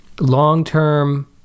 long-term